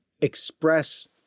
express